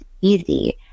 easy